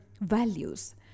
values